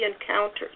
encounters